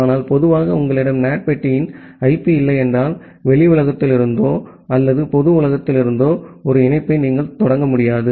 ஆனால் பொதுவாக உங்களிடம் NAT பெட்டியின் ஐபி இல்லையென்றால் வெளி உலகத்திலிருந்தோ அல்லது பொது உலகத்திலிருந்தோ ஒரு இணைப்பை நீங்கள் தொடங்க முடியாது